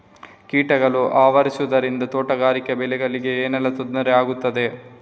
ಕೀಟಗಳು ಆವರಿಸುದರಿಂದ ತೋಟಗಾರಿಕಾ ಬೆಳೆಗಳಿಗೆ ಏನೆಲ್ಲಾ ತೊಂದರೆ ಆಗ್ತದೆ?